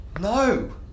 No